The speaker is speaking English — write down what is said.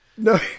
No